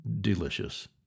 delicious